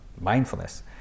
mindfulness